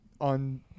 on